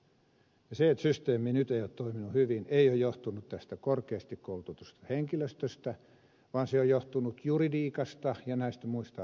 se että systeemi nyt ei ole toiminut hyvin ei ole johtunut tästä korkeasti koulutetusta henkilöstöstä vaan se on johtunut juridiikasta ja näistä muista asioista